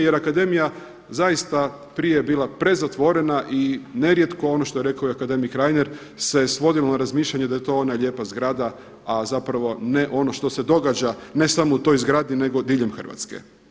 Jer akademija zaista prije je bila prezatvorena i nerijetko ono što je rekao akademik Reiner se svodilo na razmišljanje da je to ona lijepa zgrada, a ne ono što se događa ne samo u toj zgradi nego diljem Hrvatske.